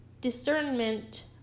discernment